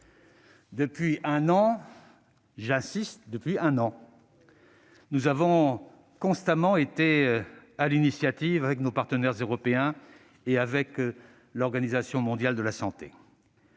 Depuis un an, j'y insiste. Nous avons constamment été à l'initiative avec nos partenaires européens et avec l'Organisation mondiale de la santé